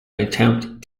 attempt